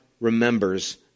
remembers